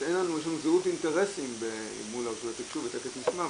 יש לנו זהות אינטרסים מול רשות התקשוב ותיכף נשמע,